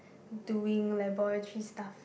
doing laboratory stuff